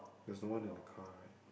there's the one in the car right